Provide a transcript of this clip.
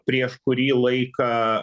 prieš kurį laiką